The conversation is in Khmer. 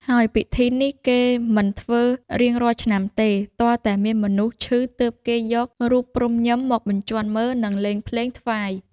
ហើយពិធីនេះគេមិនធ្វើរាងរាល់ឆ្នាំទេ ទាល់តែមានមនុស្សឈឺទើបគេយករូបព្រំុ-ញឹម មកបញ្ជាន់មើល និងលេងភ្លេងថ្វាយ។